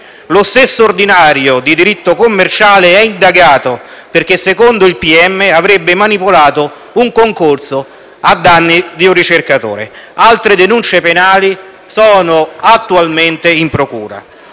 Lo stesso ordinario di diritto commerciale è indagato, perché, secondo il pubblico ministero, avrebbe manipolato un concorso ai danni di un ricercatore. Altre denunce penali sono attualmente in procura.